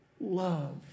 love